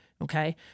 Okay